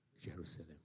Jerusalem